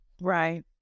Right